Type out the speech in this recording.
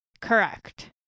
Correct